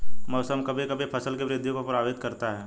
मौसम कभी कभी फसल की वृद्धि को प्रभावित करता है